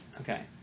Okay